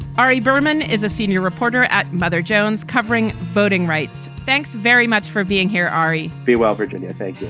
ari berman is a senior reporter at mother jones covering voting rights. thanks very much for being here, ari. v well, virginia, thank you.